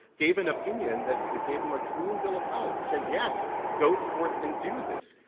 gave an opinion that gave him a clean bill of health, said yes, go forth and do this.